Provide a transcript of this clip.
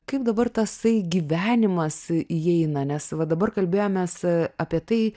kaip dabar tasai gyvenimas įeina nes va dabar kalbėjomės apie tai